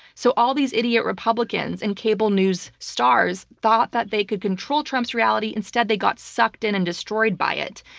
so all these idiot republicans and cable news stars thought that they could control trump's reality. instead, they got sucked in and destroyed by it.